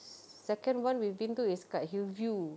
second one we've been to is dekat hillview